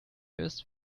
ist